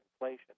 inflation